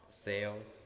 Sales